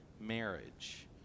marriage